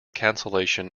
cancellation